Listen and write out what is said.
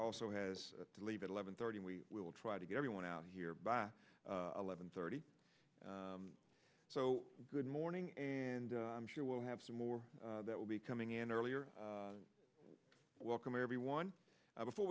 also has to leave it eleven thirty and we will try to get everyone out here by eleven thirty so good morning and i'm sure we'll have some more that will be coming in earlier welcome everyone i before